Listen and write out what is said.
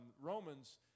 Romans